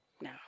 no